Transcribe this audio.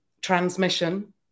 transmission